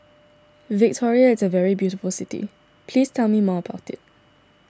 Victoria is a very beautiful city please tell me more about it